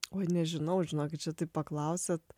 oi nežinau žinokit čia taip paklausėt